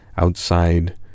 outside